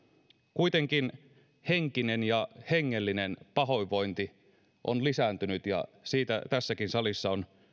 kuitenkin henkinen ja hengellinen pahoinvointi on lisääntynyt ja siitä tässäkin salissa on